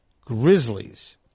Grizzlies